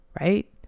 right